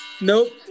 Nope